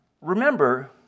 remember